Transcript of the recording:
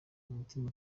umutima